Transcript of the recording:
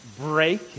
break